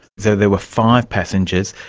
so there were five passengers,